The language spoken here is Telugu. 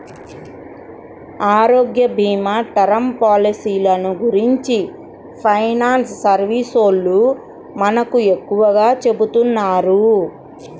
ఆరోగ్యభీమా, టర్మ్ పాలసీలను గురించి ఫైనాన్స్ సర్వీసోల్లు మనకు ఎక్కువగా చెబుతున్నారు